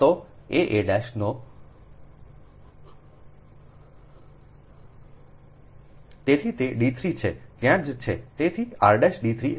તો aa' ના તેથી તે d 3 છે તે ત્યાં જ છે